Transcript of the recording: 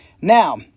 Now